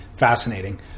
fascinating